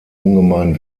ungemein